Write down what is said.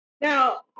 Now